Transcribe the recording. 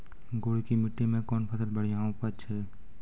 गुड़ की मिट्टी मैं कौन फसल बढ़िया उपज छ?